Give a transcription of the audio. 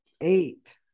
eight